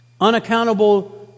Unaccountable